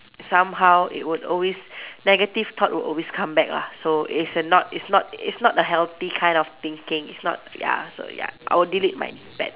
somehow it would always negative thought would always come back lah so it's not it's not it's not a healthy kind of thinking it's not ya so ya I would be delete my bad